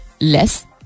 less